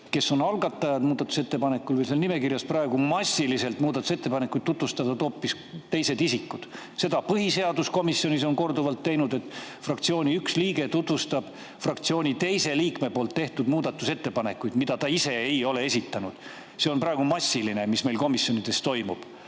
kes on algatajad? Muudatusettepanekuid on seal nimekirjas praegu massiliselt ja muudatusettepanekuid tutvustavad hoopis teised isikud. Seda on põhiseaduskomisjonis korduvalt tehtud, et fraktsiooni üks liige tutvustab fraktsiooni teise liikme tehtud muudatusettepanekut, mida ta ise ei ole esitanud. See on praegu massiline, mis meil komisjonides toimub.